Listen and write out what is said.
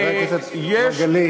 חבר הכנסת מרגלית.